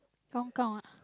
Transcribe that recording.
count count ah